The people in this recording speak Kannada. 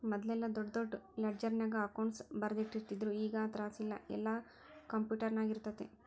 ಮದ್ಲೆಲ್ಲಾ ದೊಡ್ ದೊಡ್ ಲೆಡ್ಜರ್ನ್ಯಾಗ ಅಕೌಂಟ್ಸ್ ಬರ್ದಿಟ್ಟಿರ್ತಿದ್ರು ಈಗ್ ಆ ತ್ರಾಸಿಲ್ಲಾ ಯೆಲ್ಲಾ ಕ್ಂಪ್ಯುಟರ್ನ್ಯಾಗಿರ್ತೆತಿ